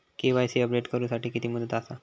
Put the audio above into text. KYC update करू साठी किती मुदत आसा?